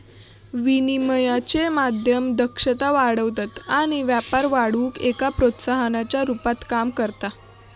विनिमयाचे माध्यम दक्षता वाढवतत आणि व्यापार वाढवुक एक प्रोत्साहनाच्या रुपात काम करता